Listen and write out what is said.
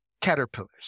caterpillars